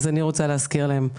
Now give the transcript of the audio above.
אני רוצה להזכיר להם.